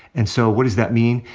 and so what does that mean?